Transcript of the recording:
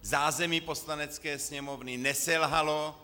Zázemí Poslanecké sněmovny neselhalo.